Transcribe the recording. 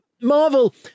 Marvel